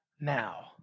now